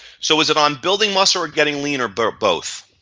so was it um building muscle or getting leaner but or both?